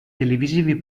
televisivi